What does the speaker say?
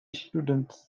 students